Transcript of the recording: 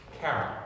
carol